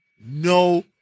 No